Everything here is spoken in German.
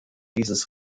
dieses